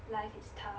life is tough